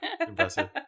impressive